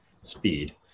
speed